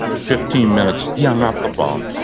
fifteen minutes, he hung up the phone.